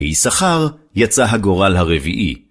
איסחר יצא הגורל הרביעי.